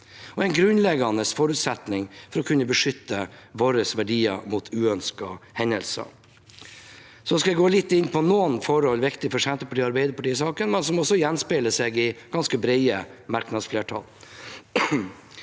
er en grunnleggende forutsetning for å kunne beskytte våre verdier mot uønskede hendelser. Jeg skal så gå litt inn på noen forhold som er viktige for Senterpartiet og Arbeiderpartiet i saken, men som også gjenspeiler seg i ganske brede merknadsflertall.